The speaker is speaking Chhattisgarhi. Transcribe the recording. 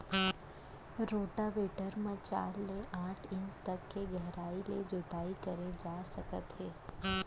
रोटावेटर म चार ले आठ इंच तक के गहराई ले जोताई करे जा सकत हे